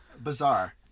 Bizarre